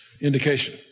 indication